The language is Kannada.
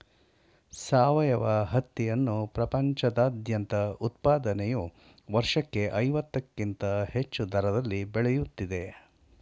ಸಾವಯವ ಹತ್ತಿಯನ್ನು ಪ್ರಪಂಚದಾದ್ಯಂತ ಉತ್ಪಾದನೆಯು ವರ್ಷಕ್ಕೆ ಐವತ್ತಕ್ಕಿಂತ ಹೆಚ್ಚು ದರದಲ್ಲಿ ಬೆಳೆಯುತ್ತಿದೆ